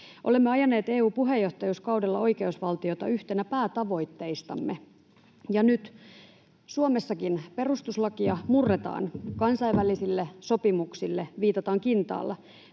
Olemme ajaneet EU-puheenjohtajuuskaudella oikeusvaltiota yhtenä päätavoitteistamme, ja nyt Suomessakin perustuslakia murretaan, kansainvälisille sopimuksille viitataan kintaalla,